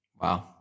Wow